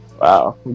Wow